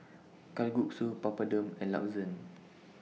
Kalguksu Papadum and Lasagne